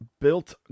Built